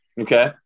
Okay